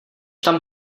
tam